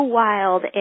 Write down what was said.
wild